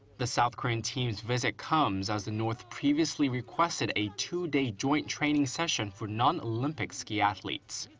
the south korean team's visit comes as the north previously requested a two-day joint training session for non-olympic ski athletes.